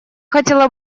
хотела